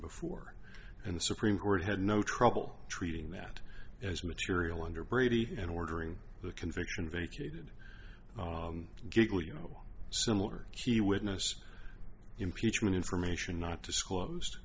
before and the supreme court had no trouble treating that as material under brady and ordering the conviction vacated giggle you know similar key witness impeachment information not disclosed